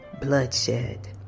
bloodshed